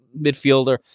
midfielder